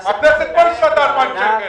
הכנסת אישרה 2,000 שקלים.